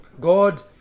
god